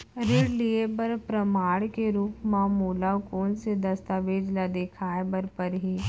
ऋण लिहे बर प्रमाण के रूप मा मोला कोन से दस्तावेज ला देखाय बर परही?